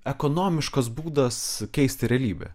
ekonomiškas būdas keisti realybę